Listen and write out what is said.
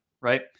right